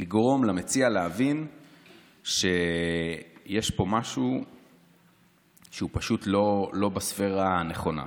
לגרום למציע להבין שיש פה משהו שהוא פשוט לא בספֵרה הנכונה.